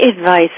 advice